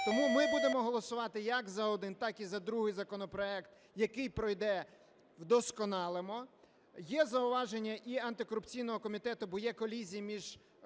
Тому ми будемо голосувати як за один, так і за другий законопроект, який пройде – вдосконалимо. Є зауваження і антикорупційного комітету, бо є колізія між